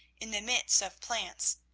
in the midst of plants,